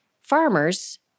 Farmers